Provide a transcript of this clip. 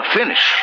finish